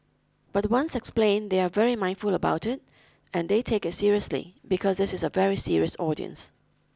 but once explained they are very mindful about it and they take it seriously because this is a very serious audience